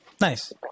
Nice